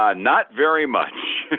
ah not very much.